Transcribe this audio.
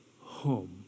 home